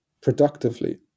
productively